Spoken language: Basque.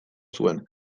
zuen